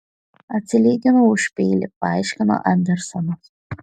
atsilyginau už peilį paaiškino andersonas